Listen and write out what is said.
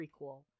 prequel